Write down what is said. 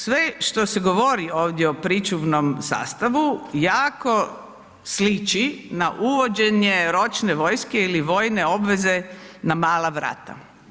Sve što se govori ovdje o pričuvnom sastavu jako sliči na uvođenje ročne vojske ili vojne obveze na mala vrata.